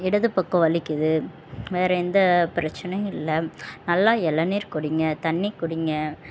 இடது பக்கம் வலிக்குது வேறெந்த பிரச்சினையும் இல்லை நல்லா இளநீர் குடிங்க தண்ணி குடிங்க